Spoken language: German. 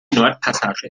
nordpassage